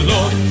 Lord